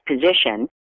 position